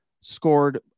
scored